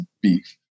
beef